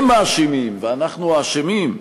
הם מאשימים ואנחנו האשמים,